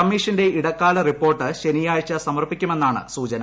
കമ്മീഷന്റെ ഇടക്കാല റിപ്പോർട്ട് ശ്രെനിയാഴ്ച സമർപ്പിക്കുമെന്നാണ് സൂചന